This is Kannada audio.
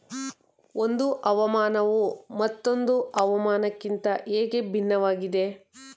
ಒಂದು ಹವಾಮಾನವು ಮತ್ತೊಂದು ಹವಾಮಾನಕಿಂತ ಹೇಗೆ ಭಿನ್ನವಾಗಿದೆ?